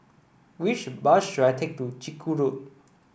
which bus should I take to Chiku Road